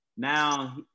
Now